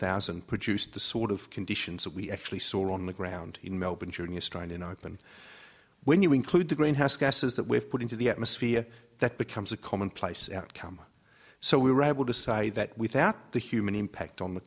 thousand produced the sort of conditions that we actually saw on the ground in melbourne during a strike in auckland when you include the greenhouse gases that we've put into the atmosphere that becomes a commonplace outcome so we were able to say that without the human impact on the